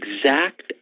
exact